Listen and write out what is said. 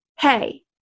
hey